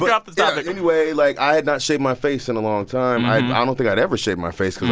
but off this topic anyway, like, i had not shaved my face in a long time. i don't think i'd ever shaved my face because